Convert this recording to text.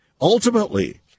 Ultimately